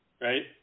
right